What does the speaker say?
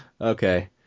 Okay